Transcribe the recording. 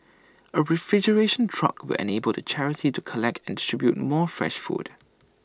A refrigeration truck will enable the charity to collect and distribute more fresh food